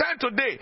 today